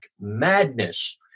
madness